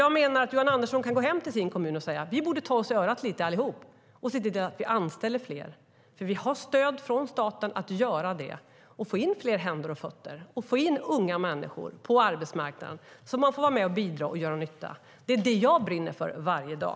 Jag menar att Johan Andersson kan gå hem till sin kommun och säga: Vi borde ta oss i örat lite allihop och se till att vi anställer fler, för vi har stöd från staten att göra det, och få in fler händer och fötter och få in unga människor på arbetsmarknaden, så att de får vara med att bidra och göra nytta. Det är det jag brinner för varje dag.